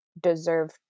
deserve